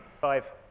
Five